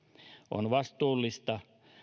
on vastuullista